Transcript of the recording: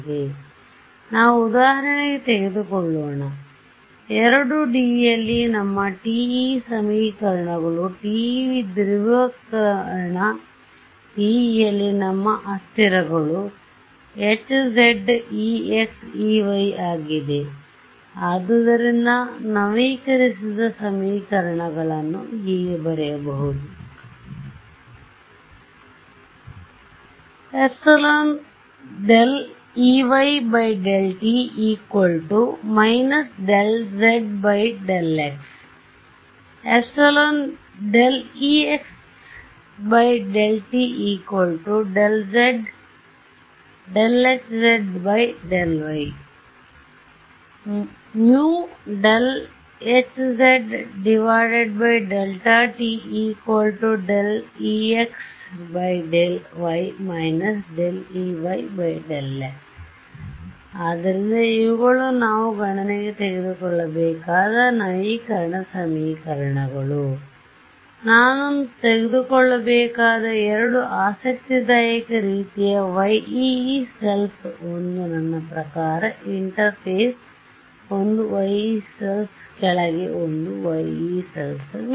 ಆದ್ದರಿಂದ ನಾವು ಉದಾಹರಣೆಗೆ ತೆಗೆದುಕೊಳ್ಳೋಣ 2D ಯಲ್ಲಿ ನಮ್ಮ TE ಸಮೀಕರಣಗಳು TE ಧ್ರುವೀಕರಣ TE ಯಲ್ಲಿ ನಮ್ಮ ಅಸ್ಥಿರಗಳು H z Ex Ey ಆಗಿದೆ ಅದ್ದುದರಿಂದ ನವೀಕರಿಸಿದ ಸಮೀಕರಣಗಳನ್ನು ಹೀಗೆ ಬರೆಯಬಹುದು Eyt Hzx ExtHzy HztExy Eyx ಆದ್ದರಿಂದ ಇವುಗಳು ನಾವು ಗಣನೆಗೆ ತೆಗೆದುಕೊಳ್ಳಬೇಕಾದ ನವೀಕರಣ ಸಮೀಕರಣಗಳು ಮತ್ತು ನಾನು ತೆಗೆದುಕೊಳ್ಳಬೇಕಾದ ಎರಡು ಆಸಕ್ತಿದಾಯಕ ರೀತಿಯ Yee cells ಒಂದು ನನ್ನ ಪ್ರಕಾರ ಇಂಟರ್ಫೇಸ್ ಒಂದು Yee cells ಕೆಳಗೆ ಒಂದು Yee cells ಮೇಲೆ